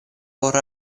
por